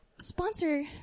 sponsor